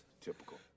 Typical